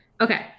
Okay